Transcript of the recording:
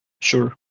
sure